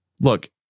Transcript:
Look